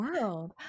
world